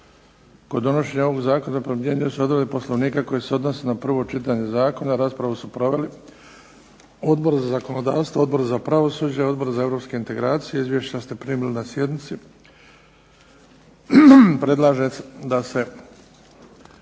Kod donošenja ovog zakona primjenjuju se odredbe Poslovnika koje se odnose na prvo čitanje zakona. Raspravu su proveli Odbor za zakonodavstvo, Odbor za pravosuđe, Odbor za europske integracije. Izvješća ste primili na sjednici. Predlažem da se